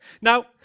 Now